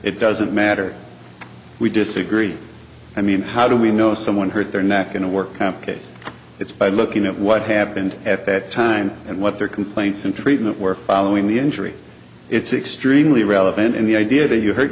it doesn't matter we disagree i mean how do we know someone hurt their neck in a work camp case it's by looking at what happened at that time and what their complaints and treatment were following the injury it's extremely relevant in the idea that you hurt